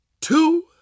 two